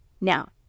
Now